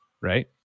right